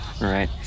Right